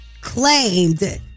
claimed